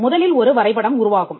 முதலில் ஒரு வரைபடம் உருவாகும்